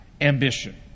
ambition